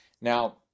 Now